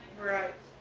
right.